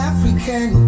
African